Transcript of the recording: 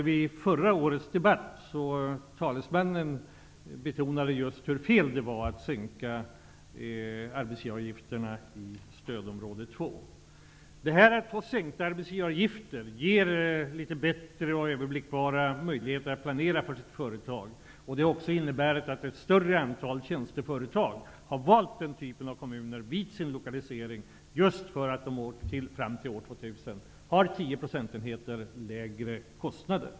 Vid förra årets debatt betonade socialdemokraternas talesman hur fel det var att sänka arbetsgivaravgifterna i stödområde 2. Sänkta arbetsgivaravgifter ger litet bättre och mer överblickbara möjligheter att planera för ett företag. Ett större antal tjänsteföretag har valt den typen av kommuner vid lokalisering just därför att de fram till år 2000 får 10 procentenheter lägre kostnader.